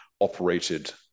operated